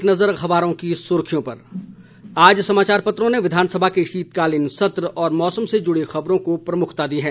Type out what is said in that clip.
एक नज़र अखबारों की सुर्खियों पर आज समाचार पत्रों ने विधानसभा के शीतकालीन सत्र और मौसम से जुड़ी खबरों को प्रमुखता दी है